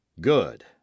Good